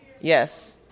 Yes